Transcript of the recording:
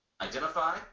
Identify